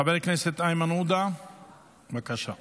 חבר הכנסת איימן עודה, בבקשה.